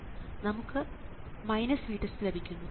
ഇവിടെ നമുക്ക് VTEST ലഭിക്കുന്നു